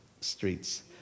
streets